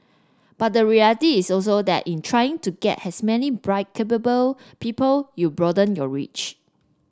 but the reality is also that in trying to get as many bright capable people you broaden your reach